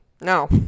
No